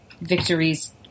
victories